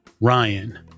Ryan